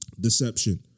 deception